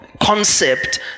concept